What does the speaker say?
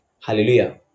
Hallelujah